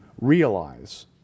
realize